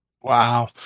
Wow